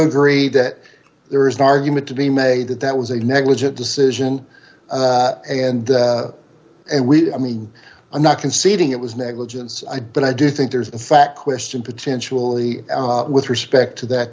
agree that there is an argument to be made that that was a negligent decision and and we i mean i'm not conceding it was negligence i don't i do think there is in fact question potentially with respect to that